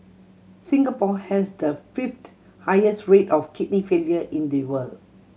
Singapore has the fifth highest rate of kidney failure in the world